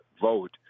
vote